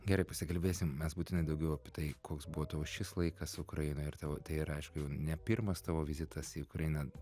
gerai pasikalbėsim mes būtinai daugiau apie tai koks buvo tavo šis laikas ukrainoj ir tavo ir aišku ne pirmas tavo vizitas į ukrainą